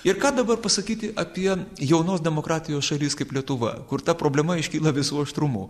ir ką dabar pasakyti apie jaunos demokratijos šalis kaip lietuva kur ta problema iškyla visu aštrumu